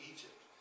Egypt